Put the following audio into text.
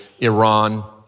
Iran